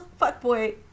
fuckboy